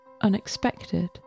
unexpected